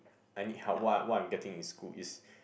I need help what what I'm getting is good is